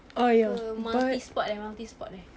err multi sport eh multi sport eh